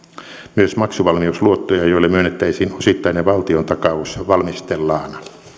myös maksuvalmiusluottoja joille myönnettäisiin osittainen valtiontakaus valmistellaan